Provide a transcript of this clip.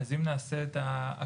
אז אם נעשה את ההקבלה,